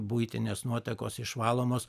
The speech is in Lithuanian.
buitinės nuotekos išvalomos